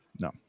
No